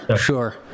sure